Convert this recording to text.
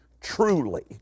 truly